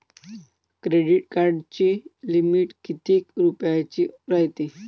Credit कार्डाची limit कितीक रुपयाची रायते?